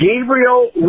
Gabriel